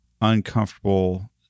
uncomfortable